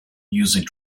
using